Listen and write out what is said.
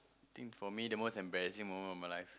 think for me the most embarrassing moment of my life